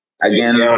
again